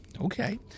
Okay